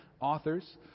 authors